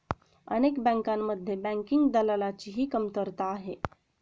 अनेक बँकांमध्ये बँकिंग दलालाची ही कमतरता आहे